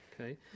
Okay